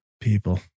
people